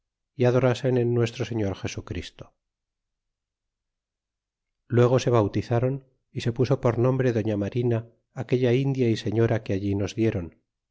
y adorasen en nuestro señor jesu christo y luego se bautizaron y se puso por nombre doña marina aquella india e señora que allí nos dieron